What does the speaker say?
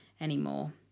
anymore